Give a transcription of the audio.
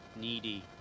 needy